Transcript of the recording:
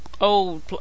Old